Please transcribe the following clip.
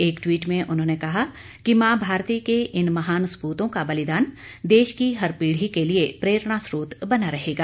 एक टवीट में उन्होंने कहा कि मां भारती के इन महान सपूतों का बलिदान देश की हर पीढ़ी के लिए प्रेरणास्त्रोत बना रहेगा